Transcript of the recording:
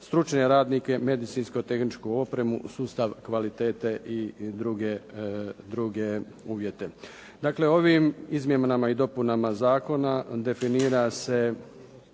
stručne radnike, medicinsko-tehničku opremu, sustav kvalitete i druge uvjete. Dakle, ovim izmjenama i dopunama zakona definira se